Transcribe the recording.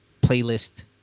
playlist